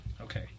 Okay